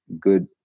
good